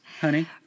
honey